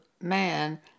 man